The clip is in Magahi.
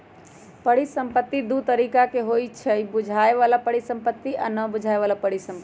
परिसंपत्ति दु तरिका के होइ छइ बुझाय बला परिसंपत्ति आ न बुझाए बला परिसंपत्ति